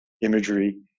imagery